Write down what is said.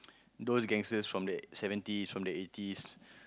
those gangsters from the seventies from the eighties